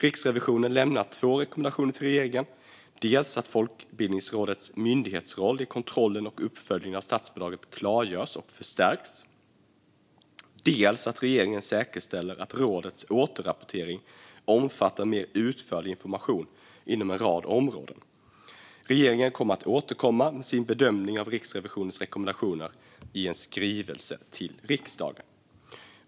Riksrevisionen lämnar två rekommendationer till regeringen; dels att Folkbildningsrådets myndighetsroll i kontrollen och uppföljningen av statsbidraget klargörs och förstärks, dels att regeringen säkerställer att rådets återrapportering omfattar mer utförlig information inom en rad områden. Regeringen kommer att återkomma med sin bedömning av Riksrevisionens rekommendationer i en skrivelse till riksdagen.